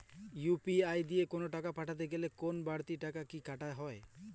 UPI দিয়ে কোন টাকা পাঠাতে গেলে কোন বারতি টাকা কি কাটা হয়?